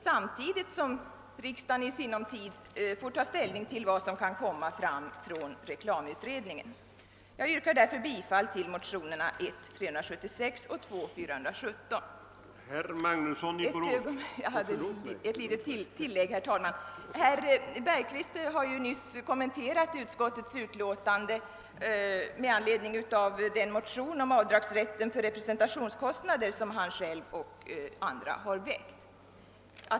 I sinom tid får riksdagen ta ställning till reklamutredningens betänkande. Herr Bergqvist har ju nyss kommenterat utskottets utlåtande med anledning av den motion om slopande av avdragsrätten för representationskostnader som han själv och andra har väckt.